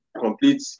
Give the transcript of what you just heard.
complete